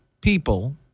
people